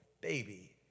baby